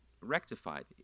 rectified